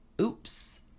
Oops